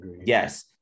yes